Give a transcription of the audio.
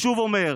אני שוב אומר: